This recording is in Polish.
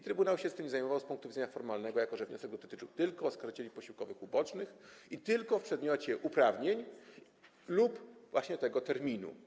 Trybunał zajmował się tym z punktu widzenia formalnego, jako że wniosek dotyczył tylko oskarżycieli posiłkowych ubocznych i tylko w przedmiocie uprawnień lub właśnie tego terminu.